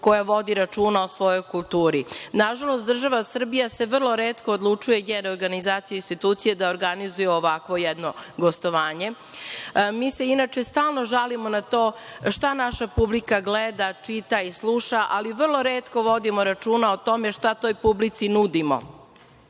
koja vodi računa o svojoj kulturi. Nažalost, država Srbija se vrlo retko odlučuje, organizacije i institucije da organizuju ovakvo jedno gostovanje. Mi se inače stalno žalimo na to šta naša publika gleda, čita i sluša, ali vrlo retko vodimo računa o tome šta toj publici nudimo. Pre